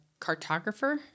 cartographer